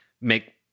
make